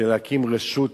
להקים רשות